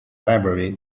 library